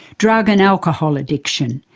drug and alcohol addiction,